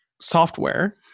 software